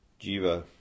Jiva